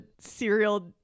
serial